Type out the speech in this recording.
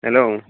hello